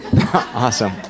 awesome